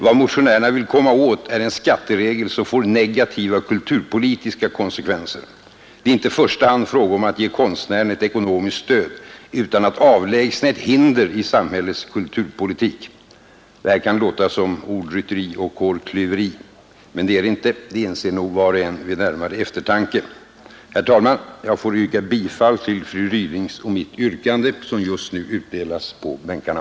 Vad motionärerna vill komma åt är en skatteregel som får negativa kulturpolitiska konsekvenser. Det är inte i första hand fråga om att ge konstnärerna ett ekonomiskt stöd utan att avlägsna ett hinder i samhällets kulturpolitik. Det här kan låta som ordrytteri och hårklyveri men det är det inte — det inser nog var och en vid närmare eftertanke. Herr talman! Jag får yrka bifall till fru Rydings och mitt yrkande, som just nu utdelas på bänkarna.